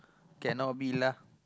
cannot be lah